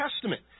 Testament